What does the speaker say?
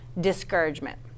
discouragement